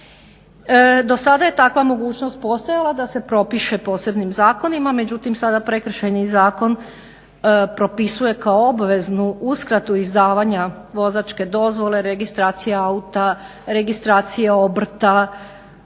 Do sada je takva mogućnost postojala da se propiše posebnim zakonima međutim sada Prekršajni zakon propisuje kao obveznu uskratu izdavanja vozačke dozvole, registracije auta, registracija obrta,